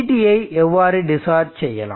CTயை எவ்வாறு டிஸ்சார்ஜ் செய்யலாம்